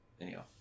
Anyhow